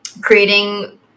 creating